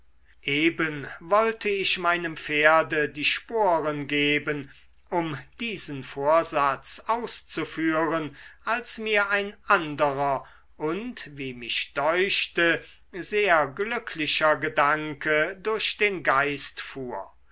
eben wollte ich meinem pferde die sporen geben um diesen vorsatz auszuführen als mir ein anderer und wie mich deuchte sehr glücklicher gedanke durch den geist fuhr